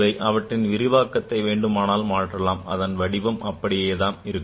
இவை அவற்றின் விரிவாக்கத்தை வேண்டுமானால் மாற்றலாம் அதன் வடிவம் அப்படியே தான் இருக்கும்